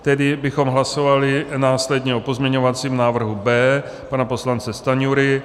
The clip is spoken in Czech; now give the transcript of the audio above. Tedy bychom hlasovali následně o pozměňovacím návrhu B pana poslance Stanjury.